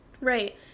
Right